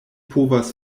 povas